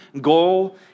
goal